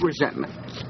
resentment